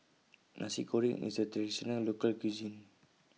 Nasi Goreng IS A Traditional Local Cuisine